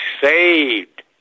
saved